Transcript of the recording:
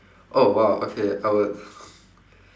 oh !wow! okay I would